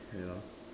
wait ah